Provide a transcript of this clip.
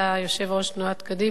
יושב-ראש תנועת קדימה,